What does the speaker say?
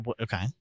Okay